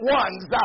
ones